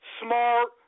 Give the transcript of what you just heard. smart